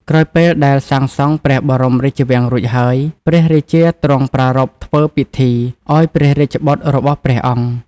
ក្រោយពេលដែលសាងសង់ព្រះបរមរាជវាំងរួចហើយ ព្រះរាជាទ្រង់ប្រារព្ធធ្វើពិធីឲ្យព្រះរាជបុត្ររបស់ព្រះអង្គ ។